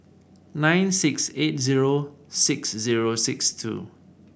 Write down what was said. nine six eight zero six zero six two